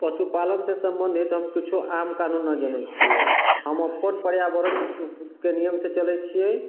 पशुपालन से समबन्धित हम किछु आन कानून नहि जनैत छियै हम अपन पर्यावरणके नियम से चलैत छियै